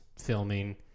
filming